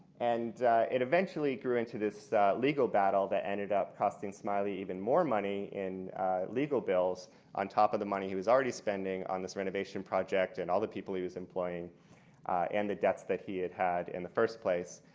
and it eventually grew into this legal battle that ended up costing smiley even more money in legal bills on top of the money he was already spending on this renovation project and all the people he was employing and the debts that he had had in the first place.